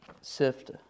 sift